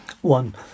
one